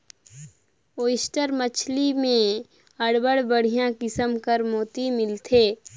oyster मछरी में अब्बड़ बड़िहा किसिम कर मोती मिलथे